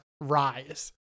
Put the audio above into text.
rise